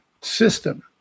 system